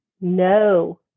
No